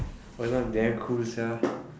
!wah! this one damn cool sia